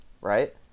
right